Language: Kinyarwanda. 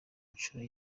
nshuro